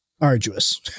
arduous